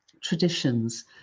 traditions